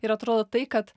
ir atrodo tai kad